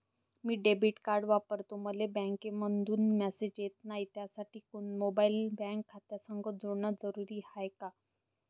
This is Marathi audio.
मी डेबिट कार्ड वापरतो मले बँकेतून मॅसेज येत नाही, त्यासाठी मोबाईल बँक खात्यासंग जोडनं जरुरी हाय का?